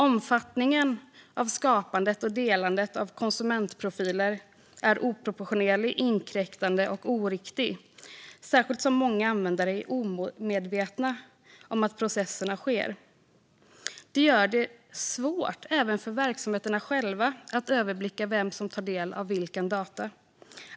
Omfattningen av skapandet och delandet av konsumentprofiler är oproportionerlig, inkräktande och oriktig, särskilt som många användare är omedvetna om att processerna sker. Det gör det svårt även för verksamheterna själva att överblicka vem som tar del av vilka data.